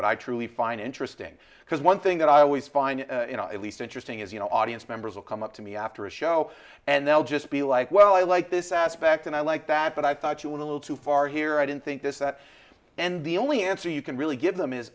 what i truly find interesting because one thing that i always find at least interesting is you know audience members will come up to me after a show and they'll just be like well i like this aspect and i like that but i thought you were a little too far here i didn't think this that and the only answer you can really give them is